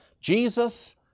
Jesus